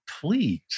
please